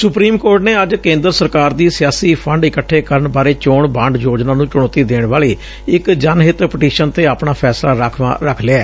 supreme court ਨੇ ਅੱਜ ਕੇਂਦਰ ਸਰਕਾਰ ਦੀ ਸਿਆਸੀ ਫੰਡ ਇਕੱਠੇ ਕਰਨ ਬਾਰੇ ਚੋਣ ਬਾਂਡ ਯੋਜਨਾ ਨੂੰ ਚੁਣੌਤੀ ਦੇਣ ਵਾਲੀ ਇਕ ਜਨਹਿੱਤ ਪਟੀਸ਼ਨ ਤੇ ਆਪਣਾ ਫੈਸਲਾ ਰੱਖ ਲਿਐ